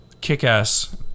kick-ass